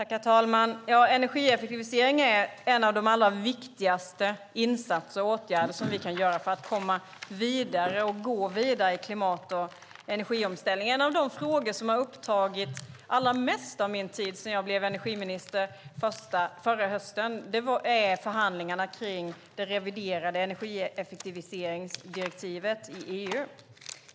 Herr talman! Energieffektivisering är en av de allra viktigaste åtgärderna vi kan vidta för att komma vidare i klimat och energiomställningen. De frågor som har upptagit allra mest av min tid sedan jag blev energiminister förra hösten är förhandlingarna kring det reviderade energieffektiviseringsdirektivet i EU.